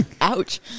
Ouch